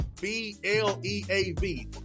B-L-E-A-V